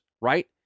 right